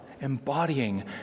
embodying